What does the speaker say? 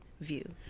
view